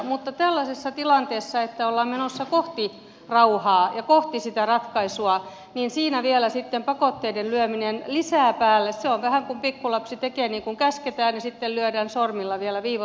mutta tällaisessa tilanteessa että ollaan menossa kohti rauhaa ja kohti sitä ratkaisua jos siinä vielä pakotteita lyödään lisää päälle se on vähän kuin jos pikku lapsi tekee niin kuin käsketään ja sitten lyödään sormille vielä viivoittimella